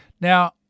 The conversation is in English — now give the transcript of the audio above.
Now